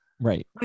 right